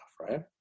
right